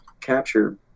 capture